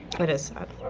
it is sad.